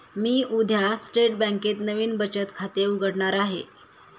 मी उद्या स्टेट बँकेत नवीन बचत खाते उघडणार आहे